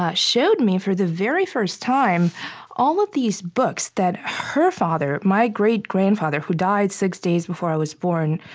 ah showed me for the very first time all of these books that her father, my great grandfather who died six days before i was born,